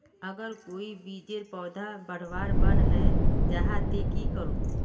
अगर कोई चीजेर पौधा बढ़वार बन है जहा ते की करूम?